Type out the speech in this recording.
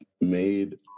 made